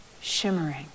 shimmering